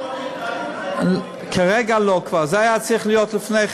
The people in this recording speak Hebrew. אז תעביר